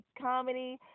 comedy